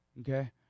Okay